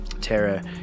Terra